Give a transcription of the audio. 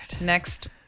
next